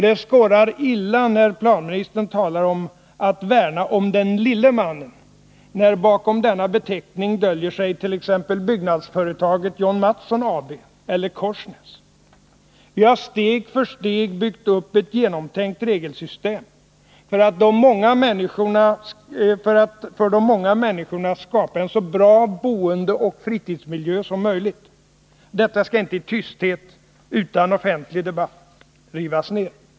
Det skorrar illa när planministern talar om att värna om den lille mannen, när bakom denna beteckning döljer sig t.ex. byggnadsföretaget John Mattsson AB eller Korsnäs. Vi har steg för steg byggt upp ett genomtänkt regelsystem för att för de många människorna skapa en så bra boendeoch fritidsmiljö som möjligt. Detta skall inte i tysthet och utan offentlig debatt rivas ner.